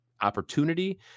opportunity